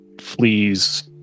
fleas